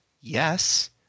Yes